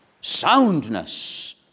soundness